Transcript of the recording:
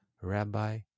rabbi